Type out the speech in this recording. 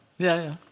yeah,